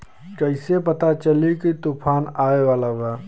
कइसे पता चली की तूफान आवा वाला बा?